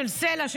סל"ע,